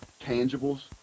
tangibles